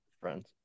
friends